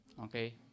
Okay